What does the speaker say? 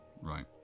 Right